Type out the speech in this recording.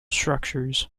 structures